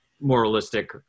moralistic